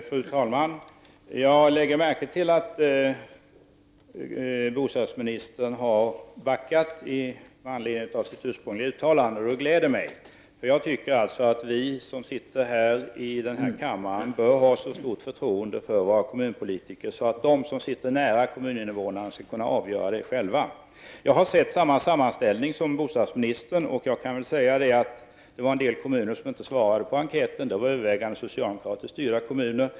Fru talman! Jag lägger märke till att bostadsministern har backat från sitt ursprungliga uttalande. Det gläder mig, eftersom jag tycker att vi som sitter i denna kammare bör ha så stort förtroende för våra kommunpolitiker att dessa som befinner sig nära kommuninvånarna skall anses kunna klara problemet själva. Jag har sett samma sammanställning som den bostadsministern talade om och kan säga att det var en del kommuner som inte svarade på enkäten. Till övervägande del rörde det sig om socialdemokratiskt styrda kommuner.